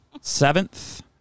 seventh